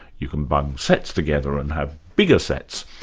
you can bung sets together and have bigger sets.